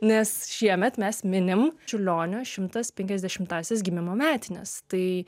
nes šiemet mes minim čiurlionio šimtas penkiasdešimtąsias gimimo metines tai